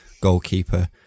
goalkeeper